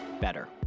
better